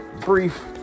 brief